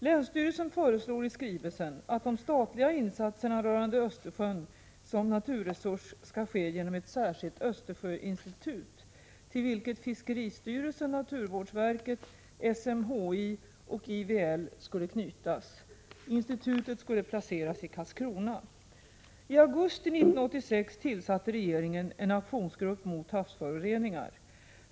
Länsstyrelsen föreslår i skrivelsen att de statliga insatserna rörande Östersjön som naturresurs skall ske genom ett särskilt Östersjöinstitut, till vilket fiskeristyrelsen, naturvårdsverket, SMHI och IVL skulle knytas. Institutet skulle placeras i Karlskrona. I augusti 1986 tillsatte regeringen en aktionsgrupp mot havsföroreningar.